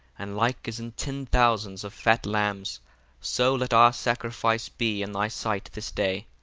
and like as in ten thousands of fat lambs so let our sacrifice be in thy sight this day,